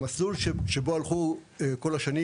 המסלול שבו הלכו כל השנים,